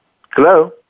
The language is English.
Hello